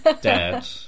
dead